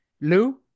Lou